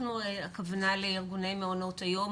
הכוונה לארגוני מעונות היום,